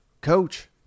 coach